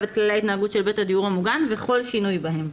את כללי ההתנהגות של בית הדיור המוגן וכל שינוי בהם.